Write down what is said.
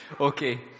Okay